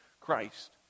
Christ